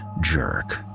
jerk